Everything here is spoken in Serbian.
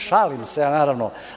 Šalim se, naravno.